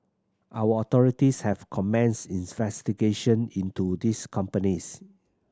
our authorities have commenced investigation into these companies